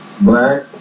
black